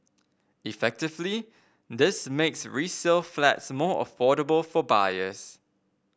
effectively this makes resale flats more affordable for buyers